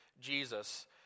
Jesus